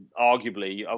arguably